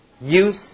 use